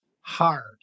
hard